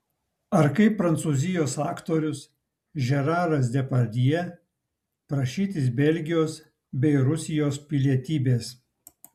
ar kaip prancūzijos aktorius žeraras depardjė prašytis belgijos bei rusijos pilietybės